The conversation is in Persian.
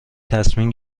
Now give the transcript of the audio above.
تصمیم